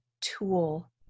tool